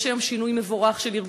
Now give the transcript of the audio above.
יש היום שינוי מבורך של ארגונים.